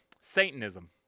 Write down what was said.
Satanism